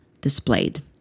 displayed